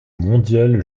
mondiale